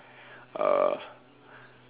uh